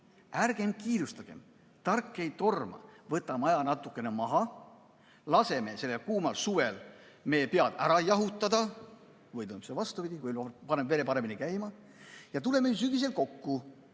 ärgem kiirustagem! Tark ei torma, võtame aja natuke maha, laseme sellel kuumal suvel meie pead ära jahutada – või on see vastupidi, et paneb vere paremini käima – ja tuleme sügisel kokku,